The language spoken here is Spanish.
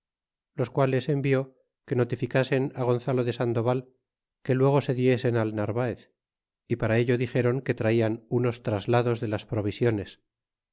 los quales envió que notificasen gonzalo de sandoval que luego se diesen al narvaez y para ello dix ron que traían unos traslados de las provisio